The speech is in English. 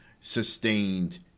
sustained